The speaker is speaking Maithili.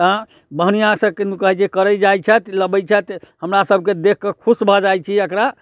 हँ बढ़िआँसँ किदन कहै छै करै जाइ छथि लबै छथि हमरासबके देखिकऽ खुश भऽ जाइ छी एकरा